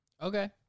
Okay